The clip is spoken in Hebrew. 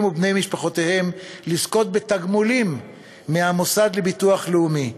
ובני משפחותיהם לזכות בתגמולים מהמוסד לביטוח לאומי,